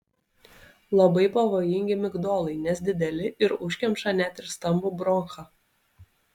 labai pavojingi migdolai nes dideli ir užkemša net ir stambų bronchą